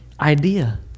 idea